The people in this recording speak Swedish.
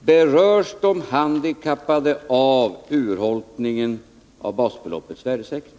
Berörs de handikappade av urholkningen av basbeloppets värdesäkring?